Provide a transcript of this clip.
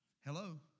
Hello